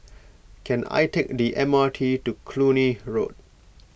can I take the M R T to Cluny Road